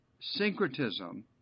syncretism